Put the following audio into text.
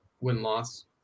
win-loss